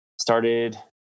started